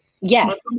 Yes